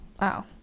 Wow